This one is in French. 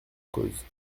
cause